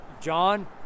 John